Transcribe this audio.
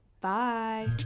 Bye